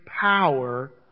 power